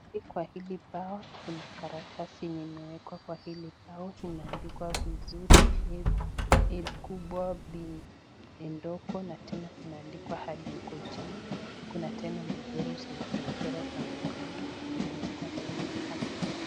Kwa hili bao kuna karatasi lenye limewekwa kwa hili bao ambayo imeandikwa vizuri a kubwa na b ndogo na tena zimeandikwa adi kule chini. Kuna michoro zenye zimechorwa kandokando na imeandikwa tena cs['happy']cs.